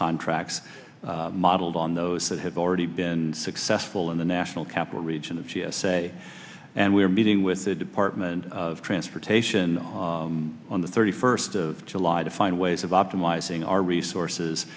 contracts modeled on those that have already been successful in the national capital region of g s a and we are meeting with the department of transportation on the thirty first of july to find ways of optimizing our resources